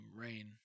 rain